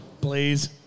Please